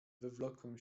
wywlokłem